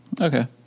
Okay